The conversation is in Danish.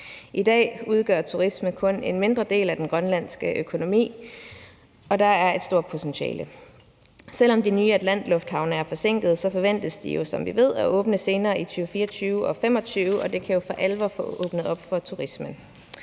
I dag udgør turismen kun en mindre del af den grønlandske økonomi, og der er et stort potentiale. Selv om de nye atlantlufthavne er forsinkede, forventes de jo, som vi ved, at åbne senere i 2024 og 2025, og det kan jo for alvor få åbnet op for turismen.